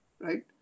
right